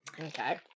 Okay